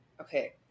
Okay